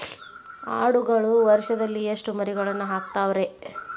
ಆಡುಗಳು ವರುಷದಲ್ಲಿ ಎಷ್ಟು ಮರಿಗಳನ್ನು ಹಾಕ್ತಾವ ರೇ?